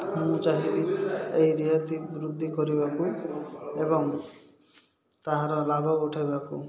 ମୁଁ ଚାହିଁକି ଏହି ରିହାତି ବୃଦ୍ଧି କରିବାକୁ ଏବଂ ତାହାର ଲାଭ ଉଠେଇବାକୁ